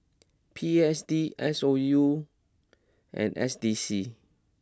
P S D S O U and S D C